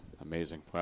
amazing